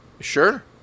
Sure